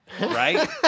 Right